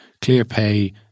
ClearPay